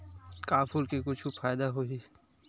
का फूल से कुछु फ़ायदा होही?